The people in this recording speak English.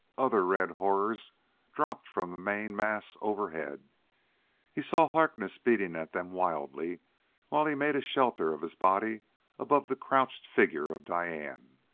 other red horrors dropped from the main mass overhead he saw harkness beating at them wildly while he made a shelter of his body above the crouched figure of diane.